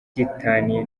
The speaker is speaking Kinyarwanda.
gitaniye